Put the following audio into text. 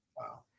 Wow